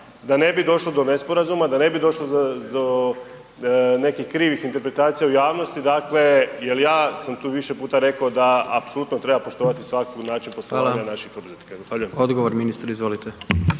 da ne bi došlo do nesporazuma, da ne bi došlo do nekih krivih interpretacija u javnosti, dakle jel ja sam tu više puta rekao, da apsolutno treba poštovati svaki način poslovanja …/Upadica: Hvala/…naših